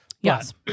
Yes